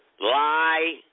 Lie